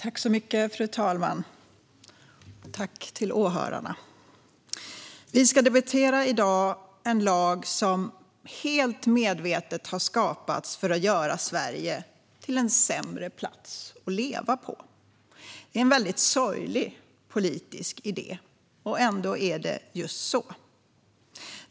Fru talman! Jag tackar åhörarna. Vi ska i dag debattera en lag som helt medvetet har skapats för att göra Sverige till en sämre plats att leva på. Det är en väldigt sorglig politisk idé. Ändå är det just så.